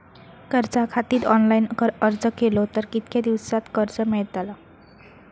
कर्जा खातीत ऑनलाईन अर्ज केलो तर कितक्या दिवसात कर्ज मेलतला?